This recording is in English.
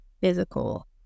physical